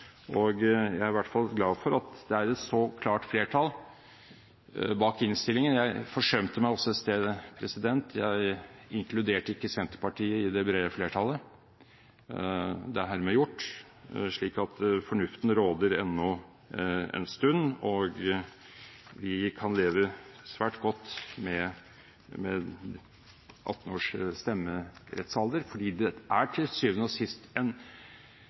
Jeg er i hvert fall glad for at det er et så klart flertall bak innstillingen. Jeg forsømte meg i sted. Jeg inkluderte ikke Senterpartiet i det brede flertallet. Det er hermed gjort. Så fornuften råder ennå en stund. Vi kan leve svært godt med 18-års stemmerettsalder, fordi det er til syvende og sist